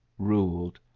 ruled,